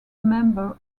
member